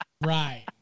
Right